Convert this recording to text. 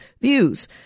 views